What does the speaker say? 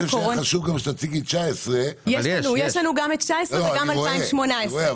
חשוב שתציגי גם את 2019. יש לנו גם את 2019 וגם את 2018. אני רואה,